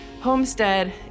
homestead